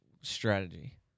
strategy